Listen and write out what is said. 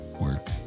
work